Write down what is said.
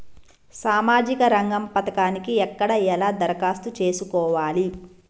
సామాజిక రంగం పథకానికి ఎక్కడ ఎలా దరఖాస్తు చేసుకోవాలి?